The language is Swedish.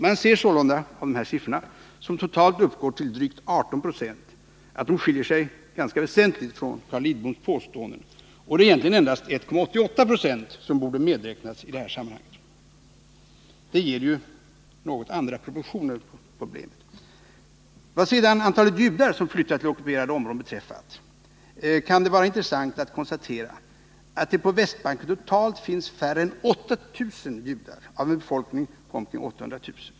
Man ser sålunda att dessa siffror, som totalt uppgår till 18 96, skiljer sig ganska väsentligt från Carl Lidboms påståenden, och det är egentligen endast 1,88 26 som borde medräknas i det här sammanhanget. Det ger ju något andra 133 proportioner på problemet: Vad sedan antalet judar som flyttat till ockuperade områden beträffar kan det vara intressant att konstatera att det på Västbanken totalt finns färre än 8 000 judar av en befolkning på omkring 800 000.